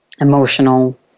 emotional